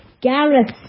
Gareth